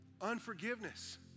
unforgiveness